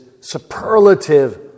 superlative